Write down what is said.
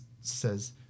says